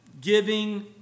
giving